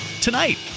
tonight